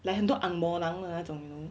like 很多 ang moh lang 的那种 you know